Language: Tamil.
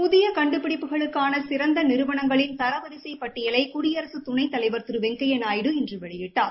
புதிய கண்டுபிடிப்புகளுக்கான சிறந்த நிறுவனங்களின் தரவரிசைப் பட்டியலை குடியரசு துணைத்தலைவர் திரு வெங்யைா நாயுடு இன்று வெளியிட்டார்